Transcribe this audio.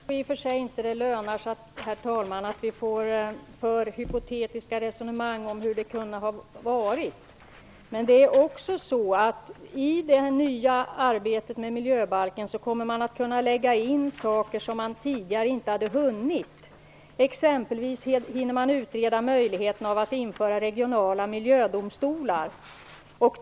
Herr talman! Jag tror inte att det lönar sig att vi för hypotetiska resonemang om hur det kunde ha varit. I det nya arbetet med miljöbalken kommer man också att kunna lägga in saker som man tidigare inte skulle ha hunnit. Man hinner exempelvis utreda möjligheterna att införa regionala miljödomstolar.